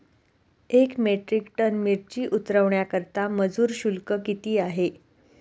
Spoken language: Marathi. एक मेट्रिक टन मिरची उतरवण्याकरता मजूर शुल्क किती आहे?